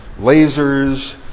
lasers